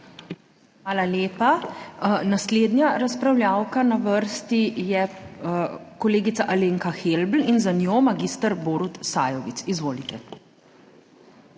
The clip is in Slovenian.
Hvala lepa. Naslednja razpravljavka na vrsti je kolegica Alenka Helbl in za njo mag. Borut Sajovic. Izvolite.